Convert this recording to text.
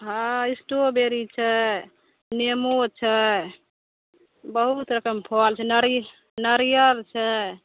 हॅं इस्टोबेरी छै नेमो छै बहुत एखन फल छै नारि नारियरल छै